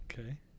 Okay